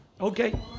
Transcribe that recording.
Okay